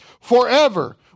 Forever